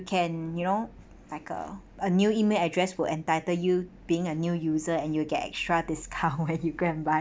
can you know like uh a new email address will entitle you being a new user and you'll get extra discount you can buy